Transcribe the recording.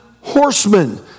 horsemen